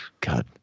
God